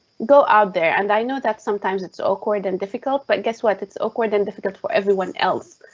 go out there and i know that sometimes it's awkward and difficult. but guess what? it's awkward and difficult for everyone else.